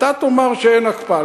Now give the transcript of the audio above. ואתה תאמר שאין הקפאה.